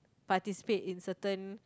participate in certain